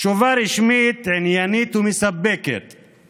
תשובה רשמית, עניינית ומספקת על